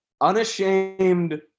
unashamed